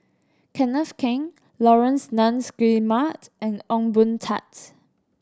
Kenneth Keng Laurence Nunns Guillemard and Ong Boon Tat